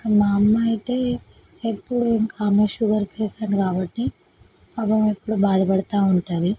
ఇంకా మా అమ్మ అయితే ఎప్పుడూ ఇంకా అమ్మ షుగర్ పేషెంట్ కాబట్టి పాపం ఎప్పుడూ బాధపడుతూ ఉంటుంది